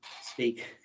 speak